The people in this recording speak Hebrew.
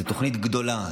זו תוכנית גדולה,